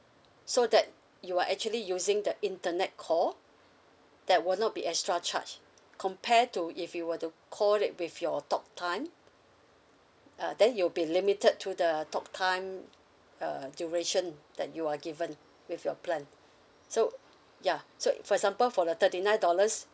so that you are actually using the internet call that will not be extra charge compare to if you were to call it with your talktime uh then you'll be limited to the talktime uh duration that you are given with your plan so yeah so for example for the thirty nine dollars